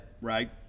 Right